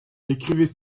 écrivez